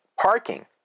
parking